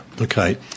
Okay